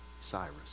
Cyrus